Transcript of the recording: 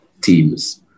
teams